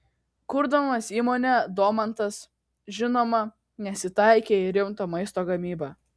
kurdamas įmonę domantas žinoma nesitaikė į rimto maisto gamybą